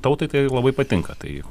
tautai tai labai patinka tai